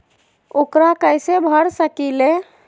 ऊकरा कैसे भर सकीले?